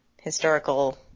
historical